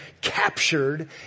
captured